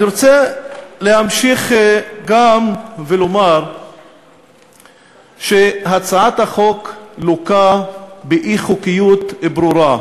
אני רוצה להמשיך ולומר שהצעת החוק לוקה באי-חוקיות ברורה.